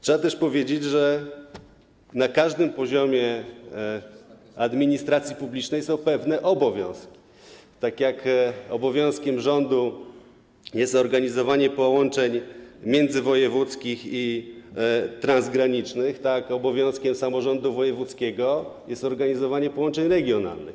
Trzeba też powiedzieć, że na każdym poziomie administracji publicznej są pewne obowiązki, tak jak obowiązkiem rządu jest organizowanie połączeń międzywojewódzkich i transgranicznych, tak obowiązkiem samorządu wojewódzkiego jest organizowanie połączeń regionalnych.